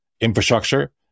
infrastructure